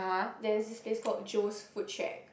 there is this place called Jo's food shake